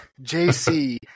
JC